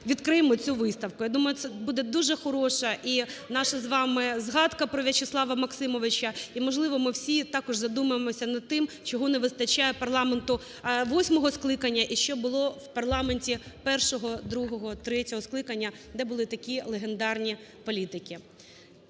відкриємо цю виставку. Я думаю, це буде дуже хороша і наша з вами згадка про В'ячеслава Максимовича. І можливо, ми всі також задумаємось над тим, чого не вистачає парламенту восьмого скликання і що було в парламенті першого, другого, третього скликання, де були такі легендарні політики.